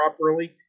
properly